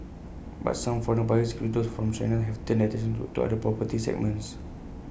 but some foreign buyers including those from China have turned their attention to other property segments